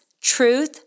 truth